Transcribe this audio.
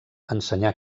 ensenyà